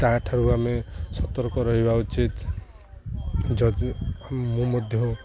ତା'ଠାରୁ ଆମେ ସତର୍କ ରହିବା ଉଚିତ ଯଦି ମୁଁ ମଧ୍ୟ